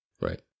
right